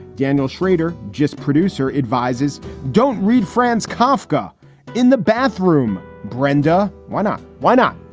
daniel shrader, just producer advises don't read franz kafka in the bathroom. brenda why not? why not?